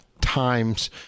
times